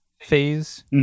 phase